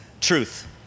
truth